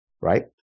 right